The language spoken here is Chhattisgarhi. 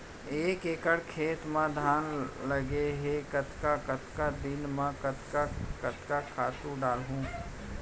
एक एकड़ खेत म धान लगे हे कतका कतका दिन म कतका कतका खातू डालहुँ?